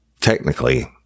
technically